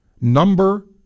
Number